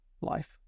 life